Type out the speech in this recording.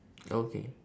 okay